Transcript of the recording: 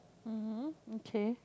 [um hm] okay